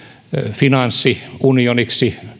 finanssiunioniksi